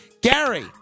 Gary